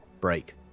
break